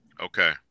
okay